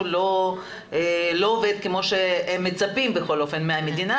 לא עובד כמו שהם מצפים בכל אופן מהמדינה,